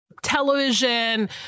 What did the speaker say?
television